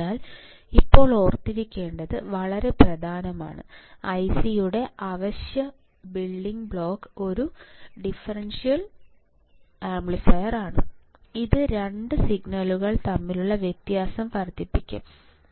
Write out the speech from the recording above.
അതിനാൽ ഇപ്പോൾ ഓർത്തിരിക്കേണ്ടത് വളരെ പ്രധാനമാണ് IC യുടെ അവശ്യ ബിൽഡിംഗ് ബ്ലോക്ക് ഒരു ഡിഫറൻഷ്യൽ ആംപ്ലിഫയറാണ് ഇത് 2 സിഗ്നലുകൾ തമ്മിലുള്ള വ്യത്യാസം വർദ്ധിപ്പിക്കും